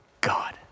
God